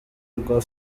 rwa